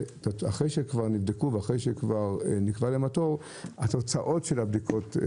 שכבר נבדקו הם צריכים להמתין זמן רב לתוצאות הבדיקות.